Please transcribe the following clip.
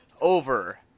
over